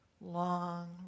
long